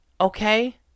okay